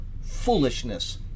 foolishness